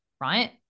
right